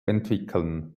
entwickeln